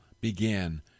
began